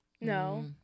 No